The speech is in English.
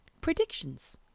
predictions